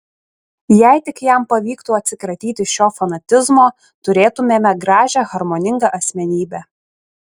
jei tik jam pavyktų atsikratyti šio fanatizmo turėtumėme gražią harmoningą asmenybę